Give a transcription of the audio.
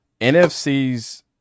NFC's